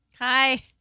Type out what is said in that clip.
Hi